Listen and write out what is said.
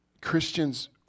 Christians